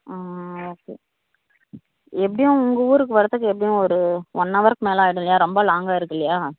okay எப்படியும் உங்கள் ஊருக்கு வரதுக்கு எப்படியும் ஒரு ஒன் ஹவர்க்கு மேலே ஆயிடும் இல்லையா ரொம்ப லாங்காக இருக்கு இல்லையா